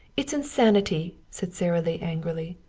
it's insanity, said sara lee angrily.